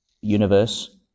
universe